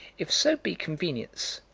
if so be convenience,